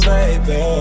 Baby